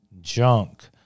junk